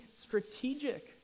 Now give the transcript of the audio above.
strategic